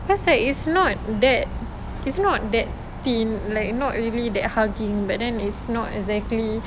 cause like it's not that it's not that thin like not really that hugging but then it's not exactly